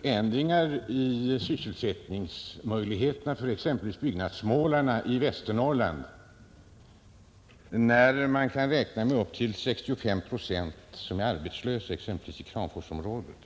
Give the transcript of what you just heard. Förändringarna i sysselsättningsmöjligheterna är inte oväsentliga för byggnadsmålarna i Västernorrland, när upptill 65 procent är arbetslösa, som fallet är exempelvis i Kramforsområdet.